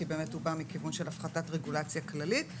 כי באמת הוא בא מכיוון של הפחתת רגולציה כללית,